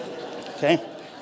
Okay